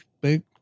big